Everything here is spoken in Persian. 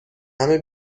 همه